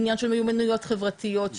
ענין של מיומנויות חברתיות,